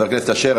חבר הכנסת אשר,